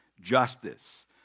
justice